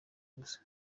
gusa